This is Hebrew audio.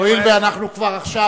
הואיל ועכשיו,